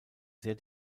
sehr